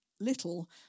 little